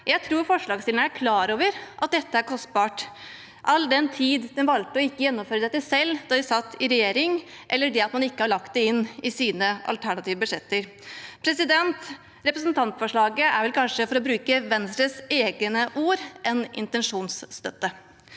Jeg tror forslagsstillerne er klar over at dette er kostbart, all den tid de valgte å ikke gjennomføre dette selv da de satt i regjering, og de har ikke har lagt det inn i sine alternative budsjetter. Representantforslaget er vel kanskje, for å bruke Venstres egne ord, en intensjonsstøtte.